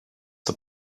the